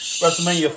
WrestleMania